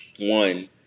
one